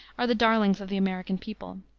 are the darlings of the american people.